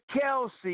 Kelsey